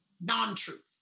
non-truth